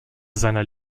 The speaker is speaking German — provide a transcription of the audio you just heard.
seiner